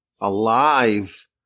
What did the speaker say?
alive